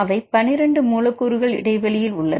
அவை 12 மூலக்கூறுகள் இடைவெளியில் உள்ளன